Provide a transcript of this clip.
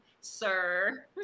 sir